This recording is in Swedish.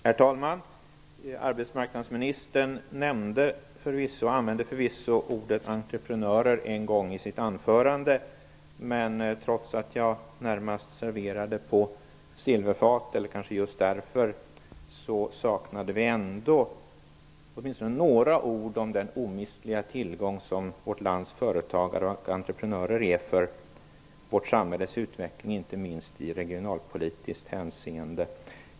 Herr talman! Arbetsmarknadsministern använde förvisso en gång i sitt anförande ordet entreprenörer. Trots att jag närmast serverade på silverfat, eller kanske just därför, saknar vi åtminstone några ord om den omistliga tillgång som vårt lands företagare och entreprenörer är för vårt samhälles utveckling, inte minst i regionalpolitiskt hänseende.